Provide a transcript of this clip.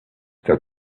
that